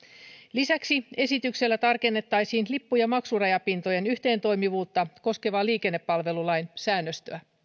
lisäksi esityksellä tarkennettaisiin lippu ja maksurajapintojen yhteen toimivuutta koskevaa liikennepalvelulain säännöstöä